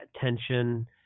tension